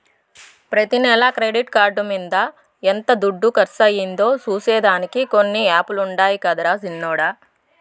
ప్రతి నెల credit card మింద ఎంత దుడ్డు కర్సయిందో సూసే దానికి కొన్ని యాపులుండాయి గదరా సిన్నోడ